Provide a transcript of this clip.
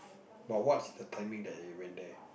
but what's the timing that you went there